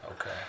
Okay